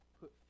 put